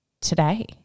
today